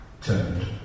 turned